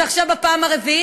ועכשיו בפעם הרביעית,